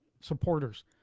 supporters